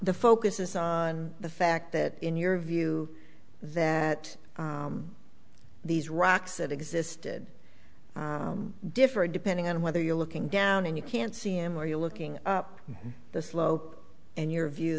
the focus is on the fact that in your view that these rocks that existed differ depending on whether you're looking down and you can't see him or you're looking up the slope and your view